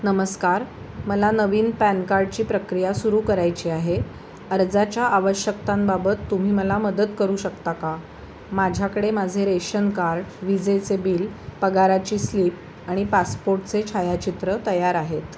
नमस्कार मला नवीन पॅन कार्डची प्रक्रिया सुरू करायची आहे अर्जाच्या आवश्यकतांबाबत तुम्ही मला मदत करू शकता का माझ्याकडे माझे रेशन कार्ड विजेचे बिल पगाराची स्लिप आणि पासपोर्टचे छायाचित्र तयार आहेत